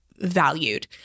valued